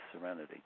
serenity